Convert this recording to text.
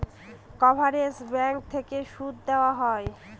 coverage bank থেকে সুদ দেওয়া হয়